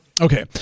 Okay